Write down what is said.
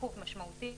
בעיכוב משמעותי,